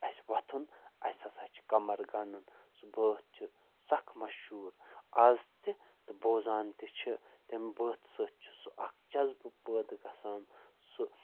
اسہِ وۄتھُن اسہِ ہسا چھ کمر گنڈُن سُہ بٲتھ چھُ سکھ مشہوٗر آز تہِ تہٕ بوزان تہِ چھِ تمہِ بٲتھٕ سۭتۍ چھُ سُہ اکھ جزبہٕ پٲدٕ گژھان سُہ